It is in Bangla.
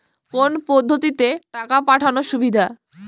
কোন পদ্ধতিতে টাকা পাঠানো সুবিধা?